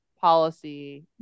policy